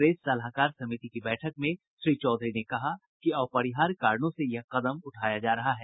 press सलाहकार समिति की बैठक में श्री चौधरी ने कहा कि अपरिहार्य कारणों से यह कदम उठाया जा रहा है